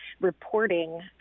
reporting